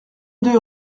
deux